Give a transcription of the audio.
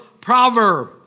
proverb